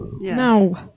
No